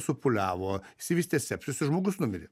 supūliavo išsivystė sepsis ir žmogus numirė